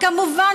כמובן,